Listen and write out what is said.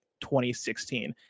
2016